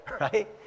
right